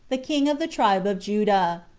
the king of the tribe of judah.